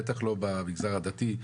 בטח לא במגזר הדתי,